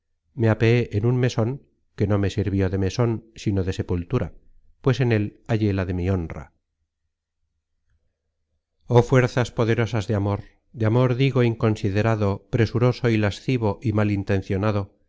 me apeé en un meson que no me sirvió de meson sino de sepultura pues en el hallé la de mi honra oh fuerzas poderosas de amor de amor digo inconsiderado presuroso y lascivo y